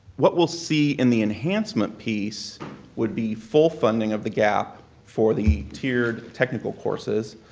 what we'll see in the enhancement piece would be full funding of the gap for the tiered technical courses,